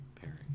pairing